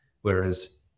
Whereas